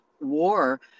war